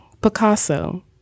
Picasso